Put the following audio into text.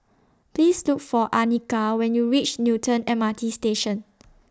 Please Look For Anika when YOU REACH Newton M R T Station